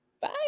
Bye